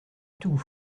tout